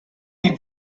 die